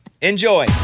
Enjoy